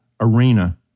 arena